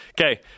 Okay